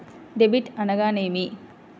Debit అనగానేమి?